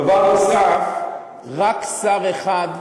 דבר נוסף, רק שר אחד,